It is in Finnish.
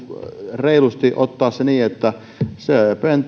reilusti ottaa se niin että se